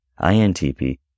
INTP